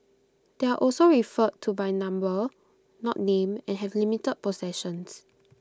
they are also referred to by number not name and have limited possessions